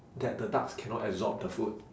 that the ducks cannot absorb the food